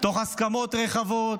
תוך הסכמות רחבות,